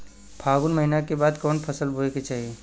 फागुन महीना के बाद कवन फसल बोए के चाही?